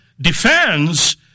defends